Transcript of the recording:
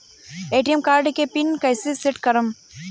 ATM card के pin कैसे set करम?